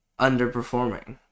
underperforming